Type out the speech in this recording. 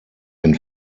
den